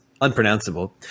unpronounceable